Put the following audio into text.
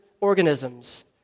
organisms